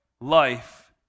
life